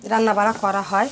রান্নাবাড়া করা হয়